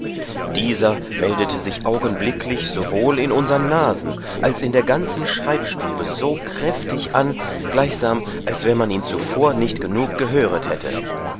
dieser meldete sich augenblicklich sowohl in unsern nasen als in der ganzen schreibstube so kräftig an gleichsam als wann man ihn zuvor nicht genug gehöret hätte